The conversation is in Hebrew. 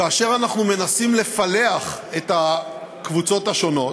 כאשר אנחנו מנסים לפלח את הקבוצות השונות,